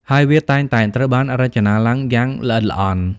ហើយវាតែងតែត្រូវបានរចនាឡើងយ៉ាងល្អិតល្អន់។